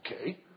Okay